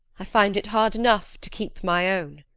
i find it hard enough to keep my own.